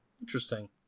Interesting